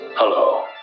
Hello